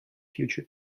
future